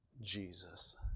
Jesus